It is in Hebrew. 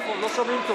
חינוך.